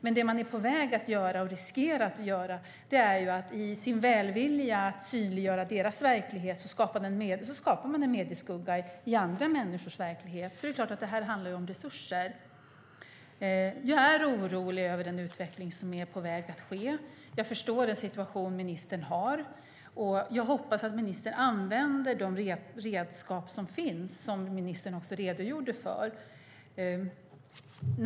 Men i sin välvilja att synliggöra deras verklighet riskerar man att skapa medieskugga i andra människors verklighet. Det handlar såklart om resurser. Jag är orolig över utvecklingen. Jag förstår ministerns situation och hoppas att ministern använder de redskap som finns och som ministern redogjorde för.